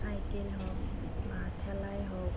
cycle হওক বা ঠেলাই হওক